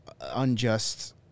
unjust